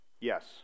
Yes